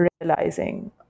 realizing